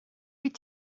wyt